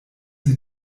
sie